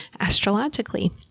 astrologically